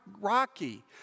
rocky